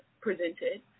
presented